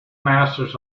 masters